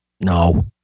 No